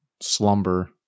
slumber